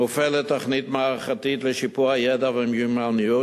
מופעלת תוכנית מערכתית לשיפור הידע והמיומנויות